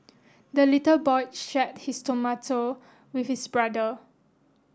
the little boy shared his tomato with his brother